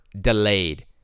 delayed